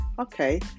okay